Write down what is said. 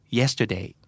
yesterday